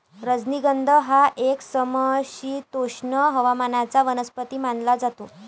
राजनिगंध हा एक समशीतोष्ण हवामानाचा वनस्पती मानला जातो